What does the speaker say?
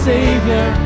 Savior